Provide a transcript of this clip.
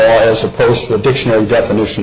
as opposed to a dictionary definition